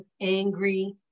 angry